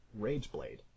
Rageblade